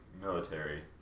military